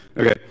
Okay